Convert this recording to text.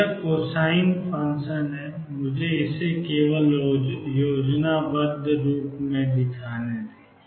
तो यह cosine function है मुझे इसे केवल योजनाबद्ध रूप से दिखाने दें